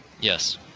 Yes